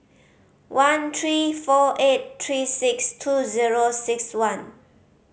one three four eight three six two zero six one